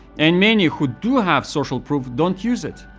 and many, who do have social proof don't use it.